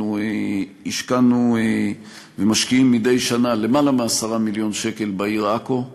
אנחנו השקענו ומשקיעים מדי שנה למעלה מ-10 מיליון שקל בעיר עכו,